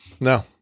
No